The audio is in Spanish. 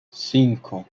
cinco